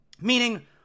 Meaning